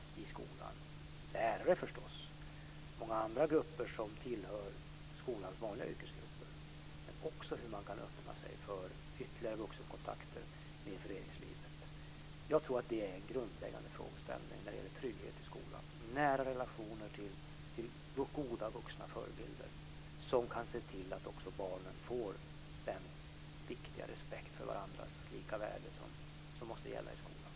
Det är förstås lärare men också många andra grupper som tillhör skolans vanliga yrkesgrupper. Men det går också att öppna sig för ytterligare vuxenkontakter i föreningslivet. Det är en grundläggande frågeställning när det gäller trygghet i skolan - nära relationer till goda vuxna förebilder, som kan se till att barnen får den viktiga respekt för varandras lika värde som måste gälla i skolan.